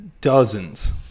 dozens